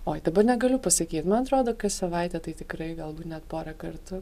oi dabar negaliu pasakyt nu atrodo kas savaitę tai tikrai galbūt net porą kartų